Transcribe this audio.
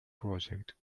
project